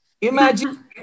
Imagine